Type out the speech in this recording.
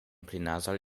plenarsaal